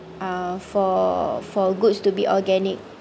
uh for for goods to be organic